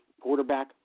quarterback